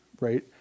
right